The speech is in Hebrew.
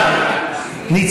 אין להם מעונות, איך, לא בונים.